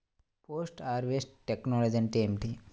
Post harvest technology అంటే ఏమిటి?